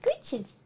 screeches